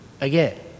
again